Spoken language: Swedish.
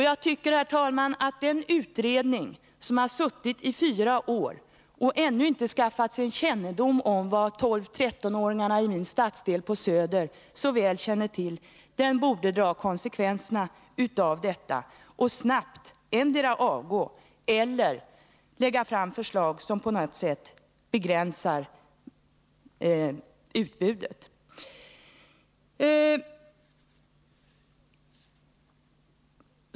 Jag tycker, herr talman, att denna utredning, som har suttit i fyra år och ännu inte skaffat sig en kännedom om det som 12-13-åringarna i min stadsdel på Söder så väl känner till, borde dra konsekvenserna av detta och snabbt endera avgå eller lägga fram förslag som på något sätt begränsar utbudet.